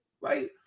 Right